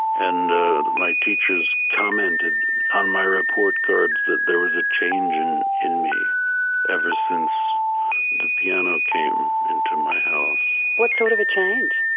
and my teachers commented on my report cards that there was a change in in me ever since the piano came into my house. what sort of a change?